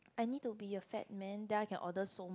I need to be a fat man then I can order so much